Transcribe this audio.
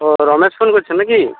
ও Ramesh phone করছেন না কি